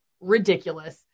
ridiculous